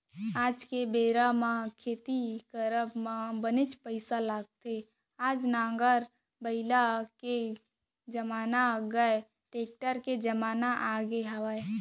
आज के बेरा म खेती करब म बनेच पइसा लगथे आज नांगर बइला के जमाना गय टेक्टर के जमाना आगे हवय